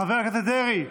חבר הכנסת דרעי,